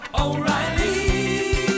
O'Reilly